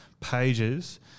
pages